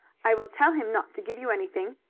i will tell him not to give you anything,